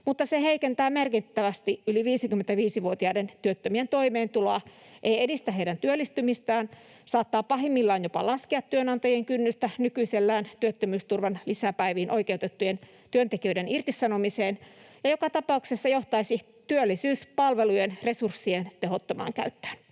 mutta ne heikentävät merkittävästi yli 55-vuotiaiden työttömien toimeentuloa, eivät edistä heidän työllistymistään, saattavat pahimmillaan jopa laskea työnantajien kynnystä nykyisellään työttömyysturvan lisäpäiviin oikeutettujen työntekijöiden irtisanomiseen ja joka tapauksessa johtaisivat työllisyyspalvelujen resurssien tehottomaan käyttöön.